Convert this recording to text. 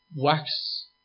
wax